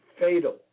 fatal